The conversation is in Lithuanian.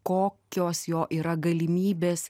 kokios jo yra galimybės